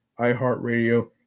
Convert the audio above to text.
iHeartRadio